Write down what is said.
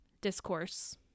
discourse